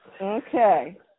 Okay